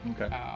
Okay